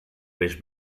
peix